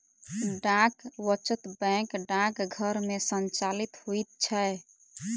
डाक वचत बैंक डाकघर मे संचालित होइत छै